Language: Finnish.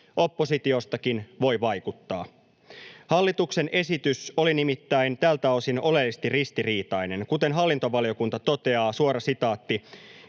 Oppositiostakin voi siis vaikuttaa. Hallituksen esitys oli nimittäin tältä osin oleellisesti ristiriitainen, kuten hallintovaliokunta toteaa, suora sitaatti: